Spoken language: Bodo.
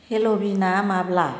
हेल'विनआ माब्ला